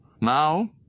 Now